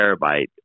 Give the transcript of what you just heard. terabyte